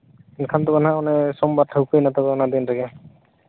ᱮᱱᱠᱷᱟᱱ ᱛᱚᱵᱮ ᱦᱟᱸᱜ ᱥᱳᱢᱵᱟᱨ ᱴᱷᱟᱶᱠᱟᱹᱭᱮᱱᱟ ᱚᱱᱟ ᱫᱤᱱ ᱨᱮᱜᱮ